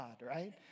right